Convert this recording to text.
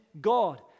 God